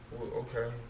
Okay